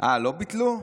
לא ביטלו.